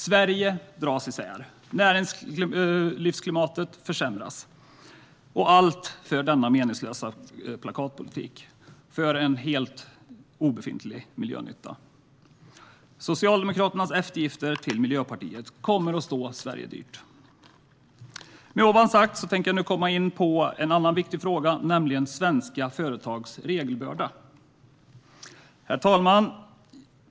Sverige dras isär och näringslivsklimatet försämras - allt för denna meningslösa plakatpolitik till obefintlig miljönytta. Socialdemokraternas eftergifter till Miljöpartiet kommer att stå Sverige dyrt. Herr talman! Med det sagt tänker jag nu komma in på en annan viktig fråga, nämligen svenska företags regelbörda.